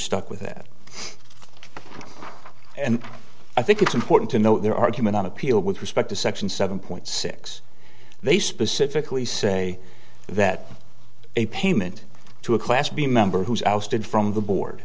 stuck with it and i think it's important to know their argument on appeal with respect to section seven point six they specifically say that a payment to a class b member who is ousted from the board